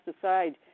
aside